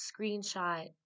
screenshot